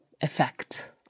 effect